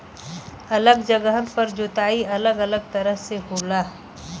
अलग जगहन पर जोताई अलग अलग तरह से होला